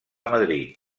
madrid